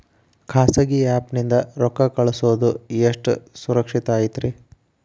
ಖಾಸಗಿ ಆ್ಯಪ್ ನಿಂದ ರೊಕ್ಕ ಕಳ್ಸೋದು ಎಷ್ಟ ಸುರಕ್ಷತಾ ಐತ್ರಿ?